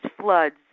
floods